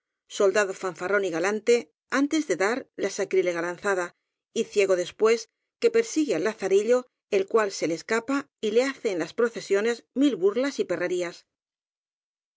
soldado fanfarrón y galante antes de dar la sacrilega lanza da y ciego después que persigue al lazarillo el cual se le escapa y le hace en las procesiones mil burlas y perrerías